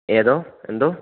ഏതോ എന്തോ